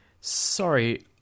sorry